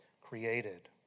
created